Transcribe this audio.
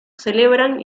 celebran